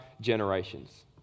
generations